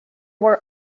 were